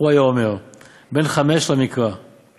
ורץ